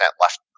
left